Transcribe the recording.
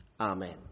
Amen